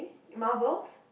marbles